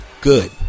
good